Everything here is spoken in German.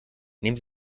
nehmen